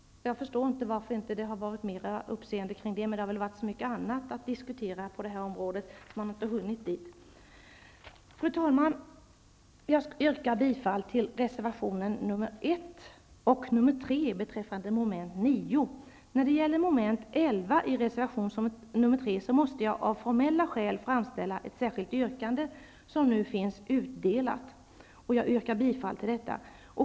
Jag förstår inte varför det inte har väckt mer uppseende, men det har väl funnits så mycket annat att diskutera på det här området att man inte har hunnit dit. Fru talman! Jag yrkar bifall till reservationerna nr 1 3 rörande mom. 11 måste jag av formella skäl framställa ett särskilt yrkande, som nu finns utdelat. Jag yrkar bifall till detta.